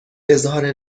اظهار